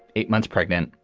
eight months pregnant,